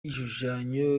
gishushanyo